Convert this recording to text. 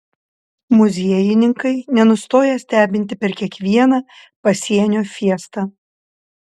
muziejininkai nenustoja stebinti per kiekvieną pasienio fiestą